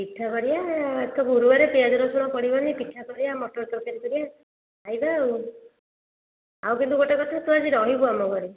ପିଠା କରିବା ଆଜି ତ ଗୁରୁବାର ପିଆଜ ରସୁଣ ପଡ଼ିବନି ପିଠା କରିବା ମଟର ତରକାରୀ କରିବା ଖାଇବା ଆଉ ଆଉ କିନ୍ତୁ ଗୋଟେ କଥା ତୁ ଆଜି ରହିବୁ ଆମ ଘରେ